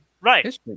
Right